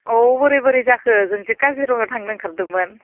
औ बोरै बोरै जाखो जोंदि काजिरङायाव थांनो ओंखारदोंमोन